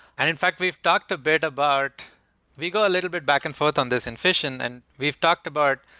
and in fact, we've talked a bit about we go a little bit back and forth on this in fission and we've talked about,